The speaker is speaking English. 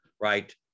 Right